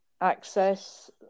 access